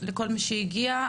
לכל מי שהגיע.